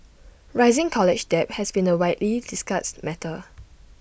rising college debt has been A widely discussed matter